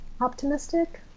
optimistic